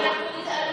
אנחנו נמצאים,